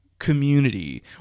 community